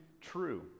true